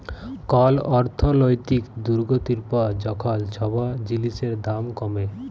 call অর্থলৈতিক দুর্গতির পর যখল ছব জিলিসের দাম কমে